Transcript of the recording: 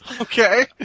Okay